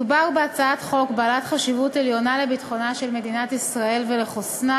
מדובר בהצעת חוק בעלת חשיבות עליונה לביטחונה של מדינת ישראל ולחוסנה,